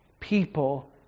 people